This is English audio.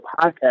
Podcast